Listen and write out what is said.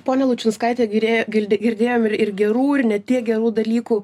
ponia lučinskaite gyrė girdi girdėjom ir gerų ir ne tiek gerų dalykų